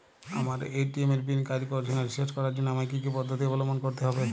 আমার এ.টি.এম এর পিন কাজ করছে না রিসেট করার জন্য আমায় কী কী পদ্ধতি অবলম্বন করতে হবে?